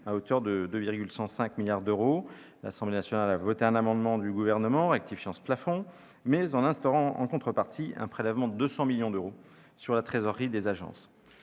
à hauteur de 2,105 milliards d'euros. L'Assemblée nationale a voté un amendement du Gouvernement rectifiant ce plafond, mais en instaurant, en contrepartie, un prélèvement de 200 millions d'euros sur la trésorerie des agences.